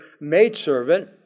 maidservant